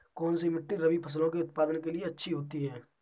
कौनसी मिट्टी रबी फसलों के उत्पादन के लिए अच्छी होती है?